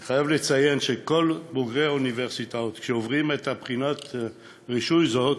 אני חייב לציין שכל בוגרי האוניברסיטאות שעוברים את בחינת הרישוי הזאת,